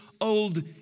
old